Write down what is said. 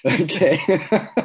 Okay